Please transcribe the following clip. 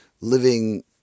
living